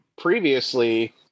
previously